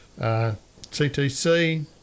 CTC